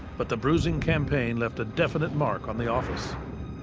but the bruising campaign left a definite mark on the office.